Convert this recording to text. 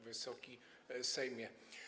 Wysoki Sejmie!